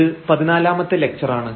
ഇത് പതിനാലാമത്തെ ലക്ചർ ആണ്